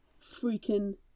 freaking